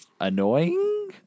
annoying